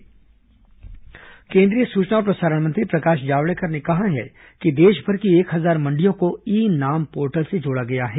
ई NAM portal केंद्रीय सूचना और प्रसारण मंत्री प्रकाश जावड़ेकर ने कहा है कि देशभर की एक हजार मंडियों को ई नाम पोर्टल से जोड़ा गया है